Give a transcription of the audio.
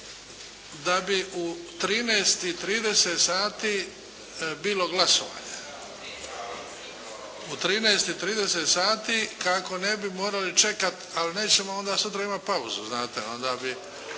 da bi u 13,30 sati bilo glasovanje. U 13,30 sati kako ne bi morali čekat, ali nećemo onda sutra imati pauzu znate. Onda bi